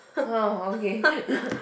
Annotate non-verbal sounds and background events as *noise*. oh okay *laughs*